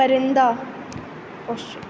پرندہ